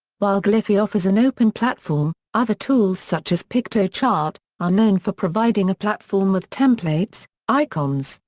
while gliffy offers an open platform, other tools such as piktochart, are known for providing a platform with templates, icons,